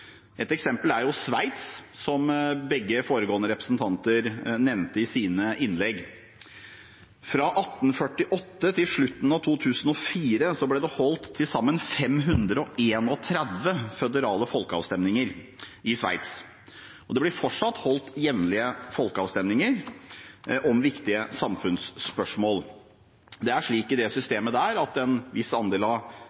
Et eksempel er Sveits, som begge foregående representanter nevnte i sine innlegg. Fra 1848 til slutten av 2004 ble det holdt til sammen 531 føderale folkeavstemninger i Sveits, og det blir fortsatt holdt jevnlige folkeavstemninger om viktige samfunnsspørsmål. Det er slik i det